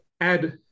add